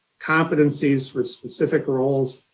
competencies for specific roles,